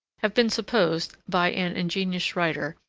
have been supposed, by an ingenious writer,